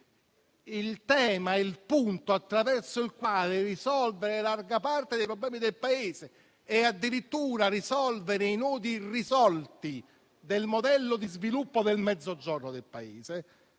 opera il tema attraverso il quale risolvere larga parte dei problemi del Paese, e addirittura risolvere i nodi irrisolti del modello di sviluppo del Mezzogiorno. Questa